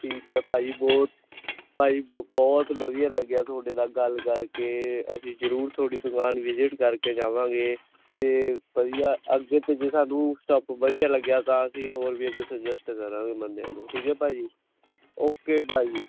ਠੀਕ ਹੈ ਭਾਅ ਈ ਬਹੁਤ ਭਾਈ ਬਹੁਤ ਵਧੀਆ ਲੱਗਿਆ ਤੁਹਾਡੇ ਨਾਲ ਗੱਲ ਕਰਕੇ ਅਸੀਂ ਜਰੂਰ ਥੋਡੀ ਦੁਕਾਨ ਵਿਜਿਟ ਕਰਕੇ ਜਾਵਾਂਗੇ ਤੇ ਵਧੀਆ ਅੱਗੇ ਤੇ ਜੇ ਸਾਨੂੰ ਸਟੋਕ ਵਧੀਆ ਲੱਗਿਆ ਤਾਂ ਅਸੀਂ ਹੋਰ ਵੀ ਅੱਗੇ ਸੁਜੈਸਟ ਕਰਾਂਗੇ ਬੰਦਿਆਂ ਨੂੰ ਠੀਕ ਆ ਭਾਅ ਜੀ ਜੀ ਓਕੇ ਭਾਅ ਜੀ